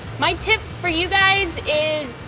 my tip for you guys is